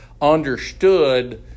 understood